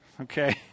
Okay